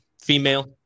Female